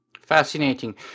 Fascinating